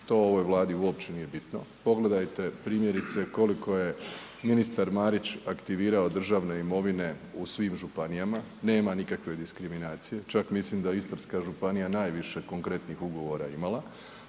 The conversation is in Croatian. To u ovom vladi uopće nije bitno. Pogledajte primjerice, koliko je ministar Marić aktivirao državne imovine u svim županijama, nema nikakve diskriminacije. Čak mislim da Istarska županija, najviše konkretnih ugovora imala.